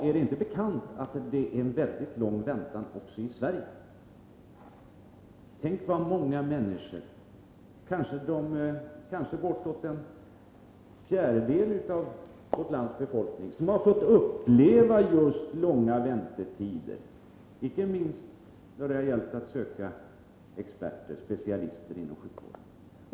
Är det inte bekant att det är mycket långa väntetider också i Sverige, fru Håvik? Många människor, kanske bortåt en fjärdedel av vårt lands befolkning, har fått uppleva just långa väntetider, inte minst när det gällt att söka specialister inom sjukvården.